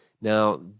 Now